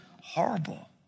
horrible